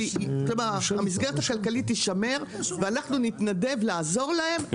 והמסגרת הכלכלית תישמר ואנחנו נתנדב לעזור להם,